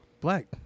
black